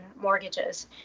mortgages